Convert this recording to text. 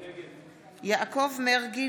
נגד יואב בן צור,